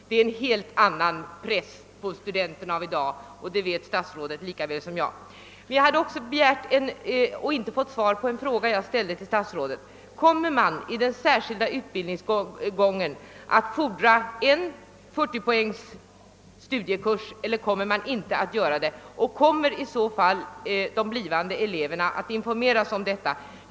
Det är en helt annan press på studenterna av i dag; det vet statsrådet lika väl som jag. Jag har också begärt men inte fått svar på en fråga som jag ställde till statsrådet: Kommer man vid den särskilda utbildningsgången att fordra en 40-poängs studiekurs eller kommer man inte att göra det och kommer de blivande eleverna att informeras om hur det blir med den saken?